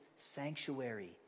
sanctuary